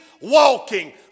walking